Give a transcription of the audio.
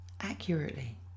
accurately